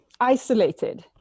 isolated